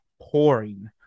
pouring